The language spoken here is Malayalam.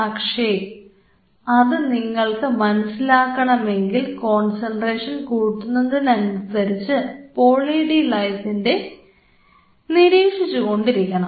പക്ഷേ അത് നിങ്ങൾക്ക് മനസ്സിലാകണമെങ്കിൽ കോൺസെൻട്രേഷൻ കൂടുന്നതിനനുസരിച്ച് പോളി ഡി ലൈസിനെ നിരീക്ഷിച്ചുകൊണ്ടിരിക്കണം